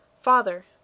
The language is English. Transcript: Father